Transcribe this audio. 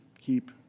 keep